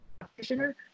practitioner